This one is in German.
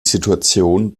situation